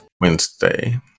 Wednesday